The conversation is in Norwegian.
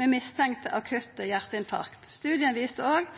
med mistenkt akutt hjarteinfarkt. Studien viste òg at kvinner sjeldnare enn menn vart tilviste til hjartespesialist og